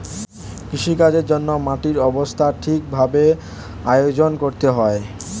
কৃষিকাজের জন্যে মাটির অবস্থা ঠিক ভাবে আয়োজন করতে হয়